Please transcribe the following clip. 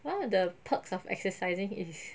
one of the perks of exercising is